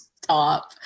Top